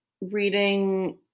reading